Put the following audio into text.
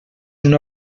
una